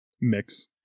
mix